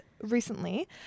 recently